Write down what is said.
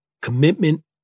commitment